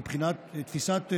מבחינת תפיסת עולמם,